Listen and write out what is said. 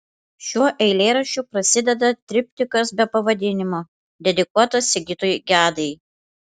šiuo eilėraščiu prasideda triptikas be pavadinimo dedikuotas sigitui gedai